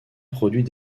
produit